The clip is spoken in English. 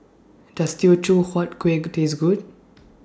Does Teochew Huat Kuih Taste Good